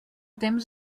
temps